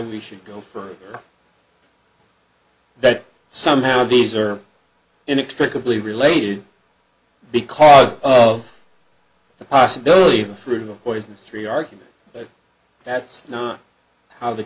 we should go for that somehow these are inextricably related because of the possibility of a cruel poison three argument but that's not how the